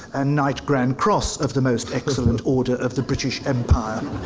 and knight grand cross of the most excellent order of the british empire.